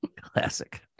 Classic